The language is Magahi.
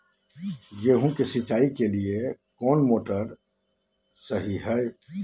गेंहू के सिंचाई के लिए कौन मोटर शाही हाय?